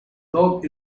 dog